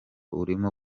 urimo